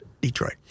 Detroit